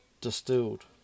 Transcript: distilled